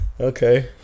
okay